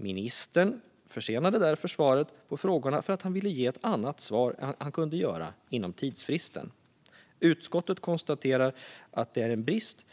Ministern försenade därför svaren på frågorna för att han ville ge andra svar än han kunde ge inom tidsfristen. Utskottet konstaterar att detta är en brist